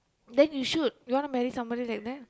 then you should you wanna marry somebody like that